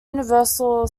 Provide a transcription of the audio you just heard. universal